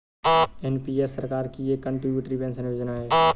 NPS सरकार की एक कंट्रीब्यूटरी पेंशन योजना है